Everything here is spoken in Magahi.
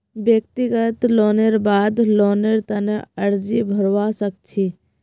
व्यक्तिगत लोनेर बाद लोनेर तने अर्जी भरवा सख छि